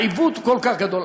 העיוות כל כך גדול,